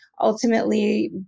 ultimately